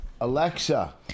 Alexa